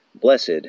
blessed